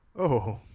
oh!